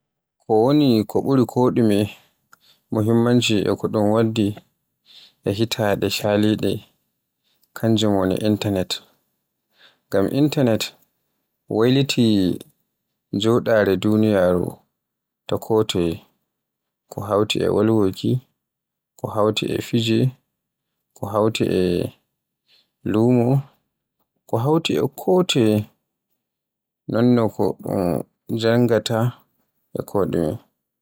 Ko woni ko ɓuri koɗume muhimmanci e ko un waddi e hitande caliɗe, kanjum woni intanet, ngam intanet wayliti joɗaare duniyaaru ta kotoye ko hawti e wolwuki, ko hawti e fijo, ko hawti lumo, ko hawti e kotoye, non no ɗun jannga ta e ɗume.